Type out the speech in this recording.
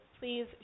please